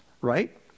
Right